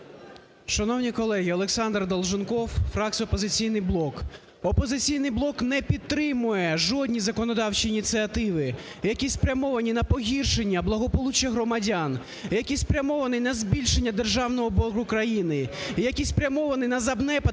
Шановні колеги! ОлександрДолженков, фракція "Опозиційний блок". "Опозиційний блок" не підтримує жодні законодавчі ініціативи, які спрямовані на погіршення благополуччя громадян, які спрямовані на збільшення державного боргу України, які спрямовані на занепад